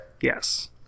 Yes